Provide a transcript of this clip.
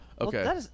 okay